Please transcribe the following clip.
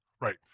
Right